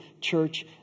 church